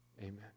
Amen